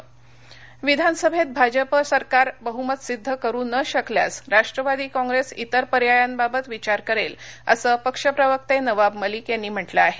नवाब मलिक मंबई विधानसभेत भजपा सरकार बह्मत सिद्ध करू न शकल्यास राष्ट्रवादी कॉग्रेस इतर पर्यायांबाबत विचार करेलं असं पक्ष प्रवक्ते नवाब मलिक यांनी म्हटलं आहे